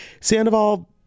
Sandoval